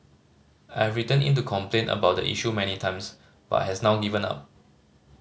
I've written in to complain about the issue many times but has now given up